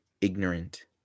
ignorant